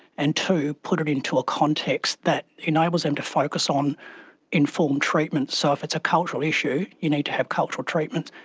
and, two, put it into a context that enables them to focus on informed treatments. so if it's a cultural issue, you need to have cultural treatments,